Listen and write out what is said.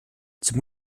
zum